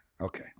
Okay